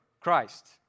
Christ